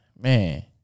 man